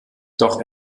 doch